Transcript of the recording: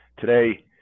today